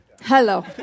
Hello